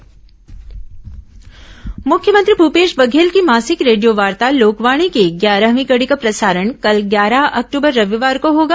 लोकवाणी मुख्यमंत्री भूपेश बघेल की मासिक रेडियोवार्ता लोकवाणी की ग्यारहवीं कड़ी का प्रसारण कल ग्यारह अक्टूबर रविवार को होगा